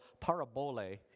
parabole